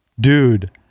dude